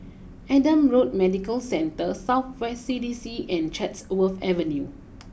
Adam Road Medical Centre South West C D C and Chatsworth Avenue